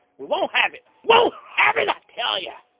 we won't have it! won't have it, i tell ya'!